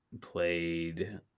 played